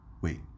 Wait